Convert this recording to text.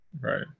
Right